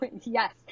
Yes